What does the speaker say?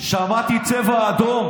שמעתי צבע אדום,